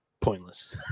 pointless